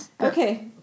Okay